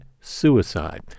suicide